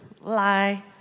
Lie